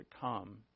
come